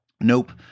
Nope